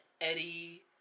Eddie